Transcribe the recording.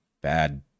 bad